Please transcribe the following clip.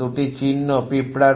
2টি চিহ্ন পিঁপড়ার প্রতীক